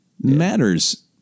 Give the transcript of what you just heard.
matters